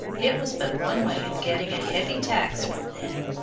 it was but one way of getting a heavy tax from them.